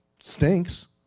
stinks